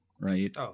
right